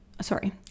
sorry